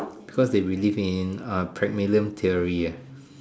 cause they believe in uh premium theory